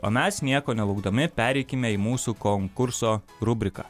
o mes nieko nelaukdami pereikime į mūsų konkurso rubriką